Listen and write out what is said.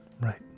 Right